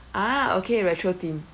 ah okay retro theme